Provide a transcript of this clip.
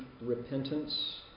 repentance